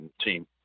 team